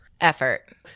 Effort